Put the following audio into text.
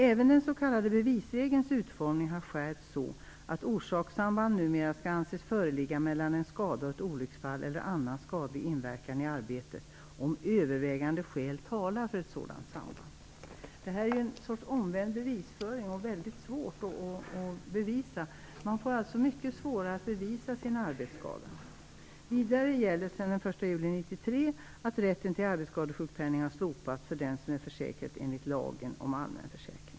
"Även den s.k. bevisregelns utformning har skärps så att orsakssamband numera skall anses föreligga mellan en skada och ett olycksfall eller annan skadlig inverkan i arbetet om övervägande skäl talar för ett sådant samband", står det vidare. Det här är en sorts omvänd bevisföring, och man får alltså mycket svårare att bevisa sin arbetsskada. Betänkandet fortsätter: "Vidare gäller sedan den om allmän försäkring."